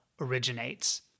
originates